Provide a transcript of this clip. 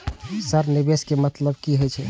Sir निवेश के मतलब की हे छे?